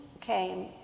came